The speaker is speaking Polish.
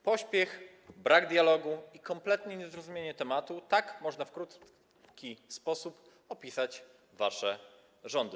Pośpiech, brak dialogu i kompletne niezrozumienie tematu - tak można w krótki sposób opisać wasze rządy.